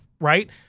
right